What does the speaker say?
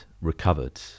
recovered